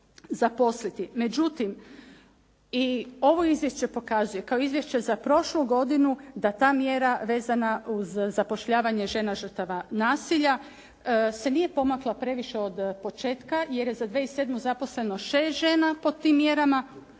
Međutim, i ovo izvješće pokazuje kao izvješće za prošlu godinu da ta mjera vezana uz zapošljavanje žena žrtava nasilja se nije pomakla previše od početka jer je za 2007. zaposleno 6 žena po tim mjerama,